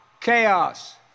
chaos